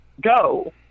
go